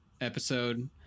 episode